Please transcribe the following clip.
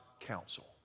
counsel